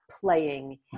playing